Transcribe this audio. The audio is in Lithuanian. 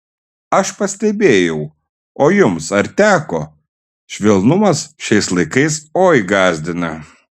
aš pastebėjau o jums ar teko švelnumas šiais laikais oi gąsdina